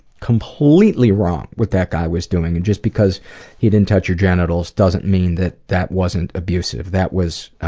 completely wrong what that guy was doing, and just because he didn't touch your genitals doesn't mean that that wasn't abusive. that was.